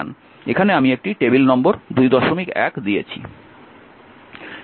এখানে আমি একটি টেবিল নম্বর 21 দিয়েছি